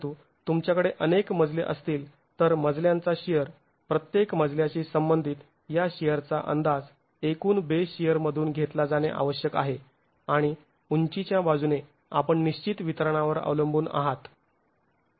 परंतु तुमच्याकडे अनेक मजले असतील तर मजल्यांचा शिअर प्रत्येक मजल्याशी संबंधित या शिअरचा अंदाज एकूण बेस शिअर मधून घेतला जाणे आवश्यक आहे आणि उंचीच्या बाजूने आपण निश्चित वितरणावर अवलंबून आहात